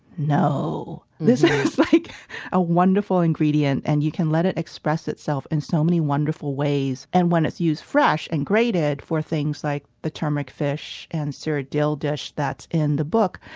no. this is like a wonderful ingredient and you can let it express itself in so many wonderful ways. and when it's used fresh and grated for things like the turmeric fish and seared dill dish that's in the book,